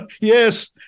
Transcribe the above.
Yes